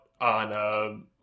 on